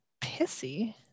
pissy